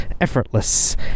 Effortless